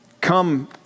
come